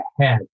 ahead